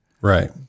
right